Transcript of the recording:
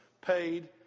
paid